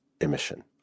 emission